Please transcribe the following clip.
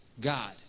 God